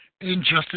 Injustice